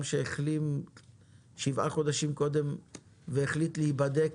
שהחלים שבעה חודשים קודם והחליט להיבדק,